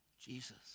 Jesus